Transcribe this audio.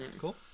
Cool